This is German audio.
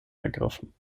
ergriffen